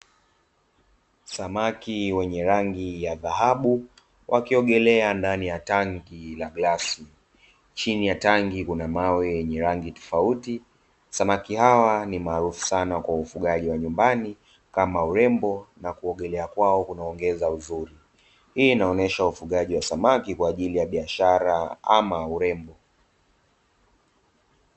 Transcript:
Samaki wenye rangi ya dhahabu wakiogelea ndani ya tangi la glasi, chini ya tangi kuna mawe ya rangi tofauti. Samaki hawa ni maarufu sana kwa ufugaji wa nyumbani kama urembo na kuogelea kwao kunaongeza uzuri. Hii inaonyesha ufugaji wa samaki kwa ajili ya biashara ama urembo.